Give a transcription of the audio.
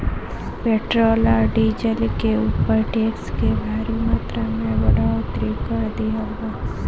petrol आ diesel के ऊपर टैक्स के भारी मात्रा में बढ़ोतरी कर दीहल बा